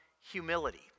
humility